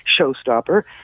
showstopper